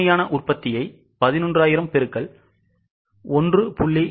உண்மையான உற்பத்தியை 11000 பெருக்கல் 1